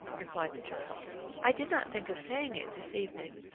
replied the child i did not think of saying it this evening.